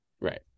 Right